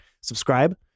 subscribe